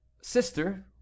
Sister